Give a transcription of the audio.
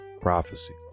prophecy